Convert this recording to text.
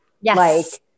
Yes